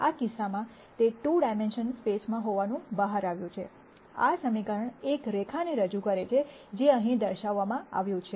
આ કિસ્સામાં તે 2 ડાયમેન્શનલ સ્પેસમાં બહાર આવ્યું છે આ સમીકરણ એક રેખાને રજૂ કરે છે જે અહીં દર્શાવવામાં આવ્યું છે